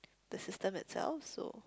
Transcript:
the system itself so